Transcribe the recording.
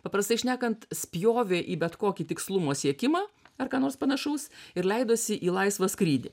paprastai šnekant spjovė į bet kokį tikslumo siekimą ar ką nors panašaus ir leidosi į laisvą skrydį